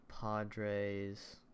Padres